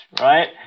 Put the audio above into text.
right